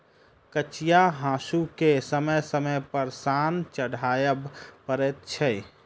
कचिया हासूकेँ समय समय पर सान चढ़बय पड़ैत छै